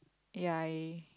ya I